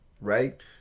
right